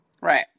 Right